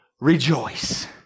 rejoice